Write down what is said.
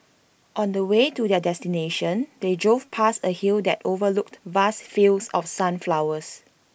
on the way to their destination they drove past A hill that overlooked vast fields of sunflowers